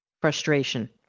frustration